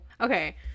okay